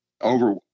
Over